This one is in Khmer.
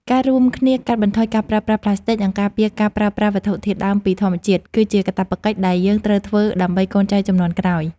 ការរួមគ្នាកាត់បន្ថយការប្រើប្រាស់ប្លាស្ទិក និង ការងាកមកប្រើប្រាស់វត្ថុធាតុដើមពីធម្មជាតិ គឺជាកាតព្វកិច្ចដែលយើងត្រូវធ្វើដើម្បីកូនចៅជំនាន់ក្រោយ។